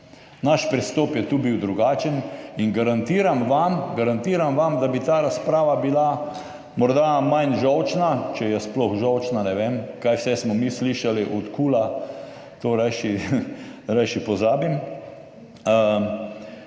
Naš pristop je tu bil drugačen in garantiram vam, da bi ta razprava bila morda manj žolčna, če je sploh žolčna, ne vem – kaj vse smo mi slišali od KUL-a, to rajši pozabim